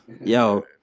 Yo